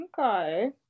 Okay